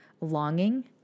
longing